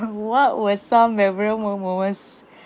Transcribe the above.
what were some memorable moments